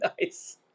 nice